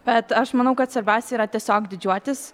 bet aš manau kad svarbiausia yra tiesiog didžiuotis